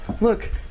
look